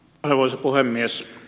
arvoisa puhemies